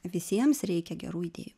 visiems reikia gerų idėjų